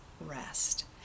rest